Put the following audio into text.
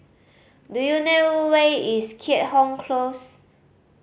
do you know where is Keat Hong Close